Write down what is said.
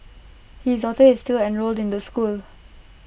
his daughter is still enrolled in the school